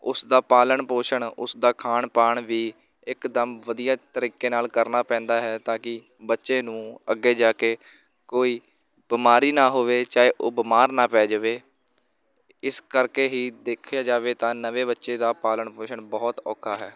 ਉਸ ਦਾ ਪਾਲਣ ਪੋਸ਼ਣ ਉਸ ਦਾ ਖਾਣ ਪਾਣ ਵੀ ਇਕਦਮ ਵਧੀਆ ਤਰੀਕੇ ਨਾਲ ਕਰਨਾ ਪੈਂਦਾ ਹੈ ਤਾਂ ਕਿ ਬੱਚੇ ਨੂੰ ਅੱਗੇ ਜਾ ਕੇ ਕੋਈ ਬਿਮਾਰੀ ਨਾ ਹੋਵੇ ਚਾਹੇ ਉਹ ਬਿਮਾਰ ਨਾ ਪੈ ਜਾਵੇ ਇਸ ਕਰਕੇ ਹੀ ਦੇਖਿਆ ਜਾਵੇ ਤਾਂ ਨਵੇਂ ਬੱਚੇ ਦਾ ਪਾਲਣ ਪੋਸ਼ਣ ਬਹੁਤ ਔਖਾ ਹੈ